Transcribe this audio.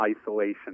isolation